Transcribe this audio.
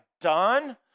done